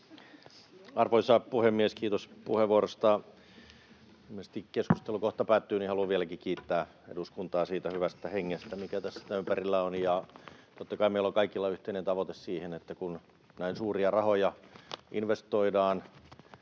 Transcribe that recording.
Arvoisa puhemies! Kiitos puheenvuorosta. Ilmeisesti keskustelu kohta päättyy, ja haluan vieläkin kiittää eduskuntaa siitä hyvästä hengestä, mikä tämän ympärillä on. Totta kai meillä on kaikilla yhteinen tavoite siihen, että kun näin suuria rahoja investoidaan